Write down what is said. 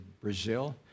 Brazil